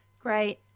Great